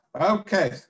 Okay